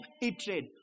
hatred